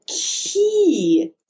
key